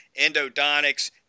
endodontics